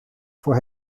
voor